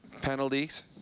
penalties